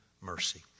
mercy